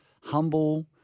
humble